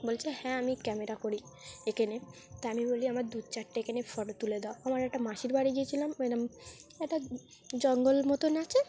বলছে হ্যাঁ আমি ক্যামেরা করি এখানে তা আমি বলি আমার দু চারটে এখানে ফটো তুলে দাও আমার একটা মাসির বাড়ি গিয়েছিলাম ওইরকম একটা জঙ্গল মতন আছে